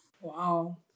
Wow